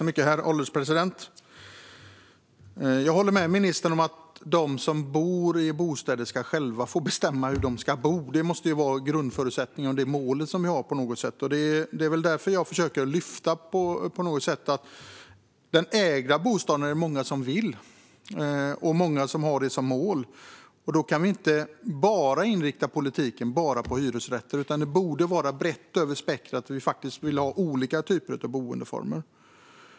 Herr ålderspresident! Jag håller med ministern om att de som bor i bostäder själva ska få bestämma hur de ska bo. Det måste ju vara grundförutsättningen och det mål vi har, på något sätt, och det är väl därför jag försöker lyfta fram att det är många som vill äga sin bostad. Det är många som har det som mål, och därför kan vi inte inrikta politiken bara på hyresrätter. I stället borde det vara brett över spektrumet - att vi faktiskt vill ha olika typer av boendeformer.